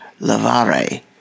lavare